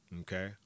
okay